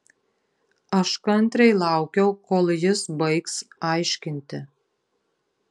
aš kantriai laukiau kol jis baigs aiškinti